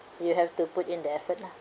you have to put in the effort lah